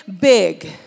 big